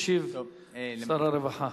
ישיב שר הרווחה.